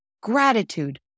gratitude